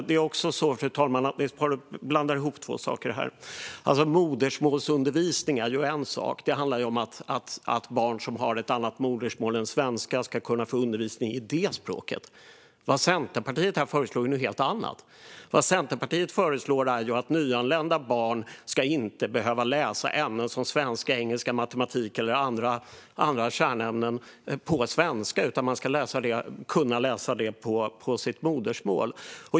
Det är också så, fru talman, att Niels Paarup blandar ihop två saker här. Modersmålsundervisning är en sak. Det handlar om att barn som har ett annat modersmål än svenska ska kunna få undervisning i det språket. Vad Centerpartiet föreslår är något helt annat, nämligen att nyanlända barn inte ska behöva läsa ämnen som svenska, engelska, matematik eller andra kärnämnen på svenska utan kunna läsa dem på sitt modersmål.